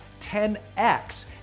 10x